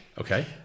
Okay